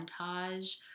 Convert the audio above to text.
montage